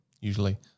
usually